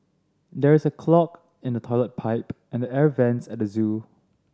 there is a clog in the toilet pipe and the air vents at the zoo